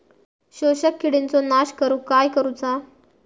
शोषक किडींचो नाश करूक काय करुचा?